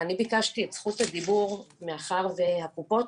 אני ביקשתי את זכות הדיבור מאחר והקופות